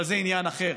אבל זה עניין אחר.